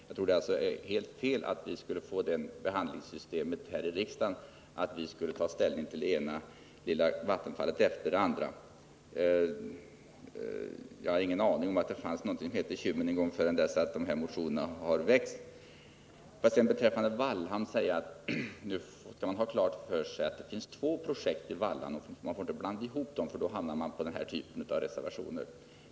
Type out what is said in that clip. Jag tror att det vore fel att tillämpa det förfarandet att riksdagen skulle ta ställning till det ena lilla vattenfallet efter det andra. Jag hade ingen aning om att det fanns något som hette Kymmen förrän det hade väckts motioner om utbyggnaden där. Låt mig sedan säga beträffande Vallhamn att man måste ha klart för sig att det rör sig om två projekt på den platsen. Man får inte blanda ihop dem, för då hamnar man i den typ av reservationer som man har avgivit här.